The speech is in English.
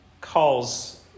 calls